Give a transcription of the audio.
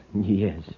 Yes